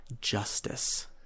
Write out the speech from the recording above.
Justice